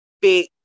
big